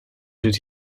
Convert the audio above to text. did